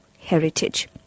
heritage